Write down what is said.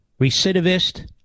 recidivist